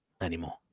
anymore